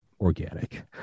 organic